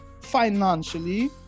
financially